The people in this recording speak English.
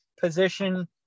position